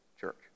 church